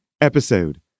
episode